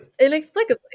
inexplicably